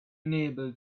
unable